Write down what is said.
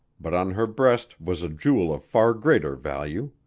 but on her breast was a jewel of far greater value.